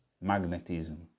magnetism